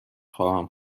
خواهم